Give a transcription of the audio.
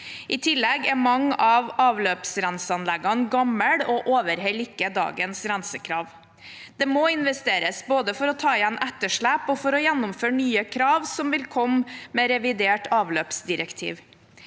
I tillegg er mange av avløpsrenseanleggene gamle og overholder ikke dagens rensekrav. Det må investeres både for å ta igjen etterslepet og for å gjennomføre nye krav som vil komme med revidert avløpsdirektiv.